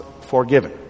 forgiven